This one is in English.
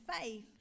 faith